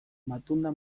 matunda